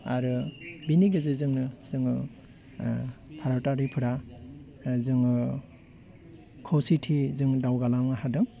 आरो बिनि गेजेरजोंनो जोङो भारतारिफोरा जोङो खौसेथि जोङो दावगालांनो हादों